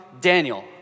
Daniel